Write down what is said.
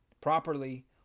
properly